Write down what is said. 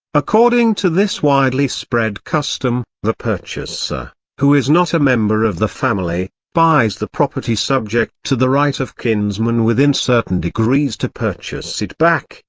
according to this widely-spread custom, the purchaser, who is not a member of the family, buys the property subject to the right of kinsmen within certain degrees to purchase it back,